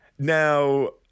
Now